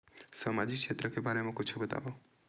सामाजिक क्षेत्र के बारे मा कुछु बतावव?